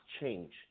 change